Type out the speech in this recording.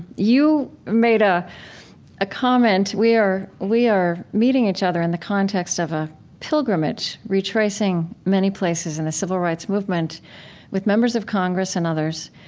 you made ah a comment. we are we are meeting each other in the context of a pilgrimage, retracing many places in the civil rights movement with members of congress and others,